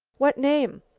what name?